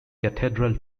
cathedral